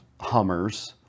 Hummers